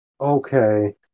Okay